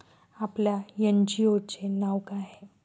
आपल्या एन.जी.ओ चे नाव काय आहे?